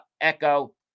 Echo